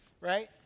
right